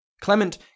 Clement